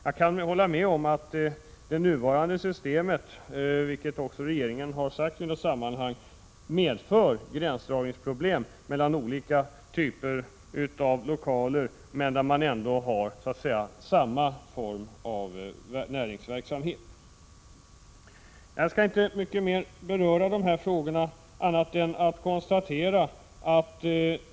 Jag kan hålla med om att det nuvarande systemet — vilket regeringen också har sagt i något sammanhang — medför gränsdragningsproblem när det gäller olika typer av lokaler som har samma form av näringsverksamhet.